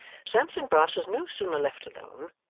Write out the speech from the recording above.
sampson brass was no sooner left alone,